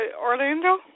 Orlando